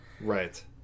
Right